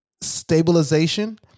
stabilization